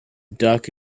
duck